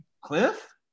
Cliff